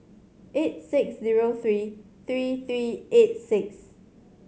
eight six zero three three three eight six